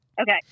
Okay